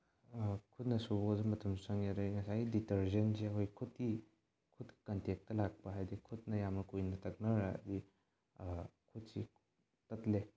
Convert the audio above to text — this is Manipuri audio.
ꯈꯨꯠꯅ ꯁꯨꯕꯗ ꯃꯇꯝꯁꯨ ꯆꯪꯉꯤ ꯑꯗꯨꯗꯒꯤ ꯉꯁꯥꯏꯒꯤ ꯗꯤꯇ꯭ꯔꯖꯦꯟꯁꯦ ꯑꯩꯈꯣꯏ ꯈꯨꯠꯀꯤ ꯈꯨꯠ ꯀꯟꯇꯦꯛꯇ ꯂꯥꯛꯄ ꯍꯥꯏꯗꯤ ꯈꯨꯠꯅ ꯌꯥꯝꯅ ꯀꯨꯏꯅ ꯇꯛꯅꯔꯗꯤ ꯈꯨꯠꯁꯤ ꯇꯠꯂꯦ